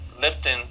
Lipton